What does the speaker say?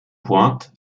pointes